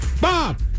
Bob